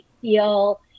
feel